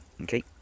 okay